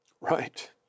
Right